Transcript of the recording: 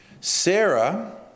Sarah